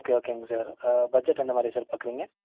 okay ஓகேங்க sir budget எந்த மாதிரி சார் பார்க்குறீங்க